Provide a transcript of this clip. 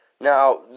Now